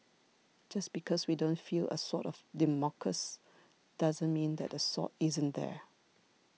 just because we don't feel a Sword of Damocles doesn't mean that the sword isn't there